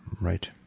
right